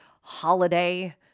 holiday